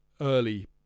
early